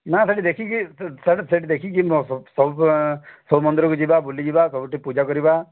ନା ସେଠି ଦେଖିକି ସେଠି ଦେଖିକି ସବୁ ପ୍ରକା ସବୁ ମନ୍ଦିର କୁ ଯିବା ବୁଲି ଯିବା ସବୁଠି ପୂଜା କରିବା